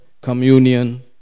communion